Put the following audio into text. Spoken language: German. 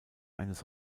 eines